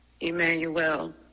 Emmanuel